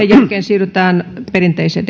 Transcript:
jälkeen siirrytään perinteiseen